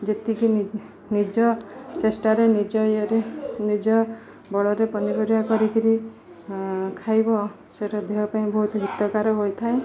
ଯେତିକି ନିଜ ଚେଷ୍ଟାରେ ନିଜ ଇଏରେ ନିଜ ବଳରେ ପନିପରିବା କରିକି ଖାଇବ ସେଟା ଦେହ ପାଇଁ ବହୁତ ହିତକାର ହୋଇଥାଏ